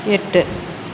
எட்டு